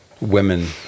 women